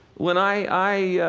when i,